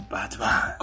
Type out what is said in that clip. Batman